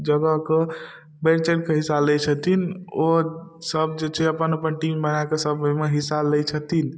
जगहके बढ़ि चढ़िकऽ हिस्सा लै छथिन ओसब जे छै अपन अपन टीम बनाकऽ सब ओहिमे हिस्सा लै छथिन